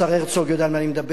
השר הרצוג ידע על מה אני מדבר,